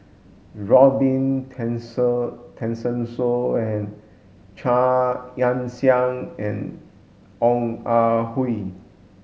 Robin Tessensohn and Chia Ann Siang and Ong Ah Hoi